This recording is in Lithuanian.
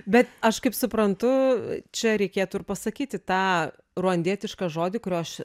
bet aš kaip suprantu čia reikėtų ir pasakyti tą ruandietišką žodį kurio aš